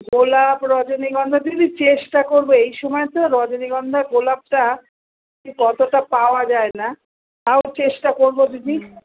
গোলাপ রজনীগন্ধা দিদি চেষ্টা করব এই সময় তো রজনীগন্ধা গোলাপটা কতটা পাওয়া যায় না তাও চেষ্টা করব দিদি